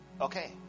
Okay